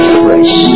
fresh